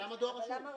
למה דואר רשום?